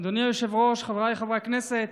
אדוני היושב-ראש, חבריי חברי הכנסת,